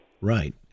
Right